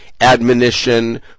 admonition